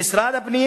משרד הפנים